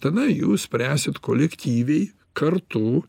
tada jūs spręsit kolektyviai kartu